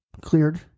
cleared